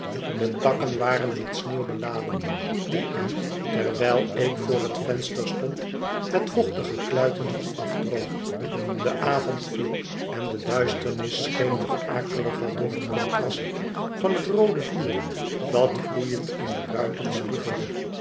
de takken waren met sneeuw beladen die er terwijl ik voor het venster stond met vochtige kluiten van afdroop dé avond viel en de duisternis scheen nog akeliger door het contrast van het roode vuur dat gloeiend in de ruiten spiegelde